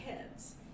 kids